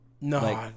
No